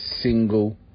single